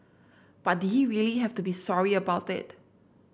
but did he really have to be sorry about it